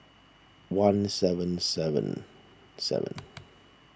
one seven seven seven